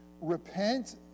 Repent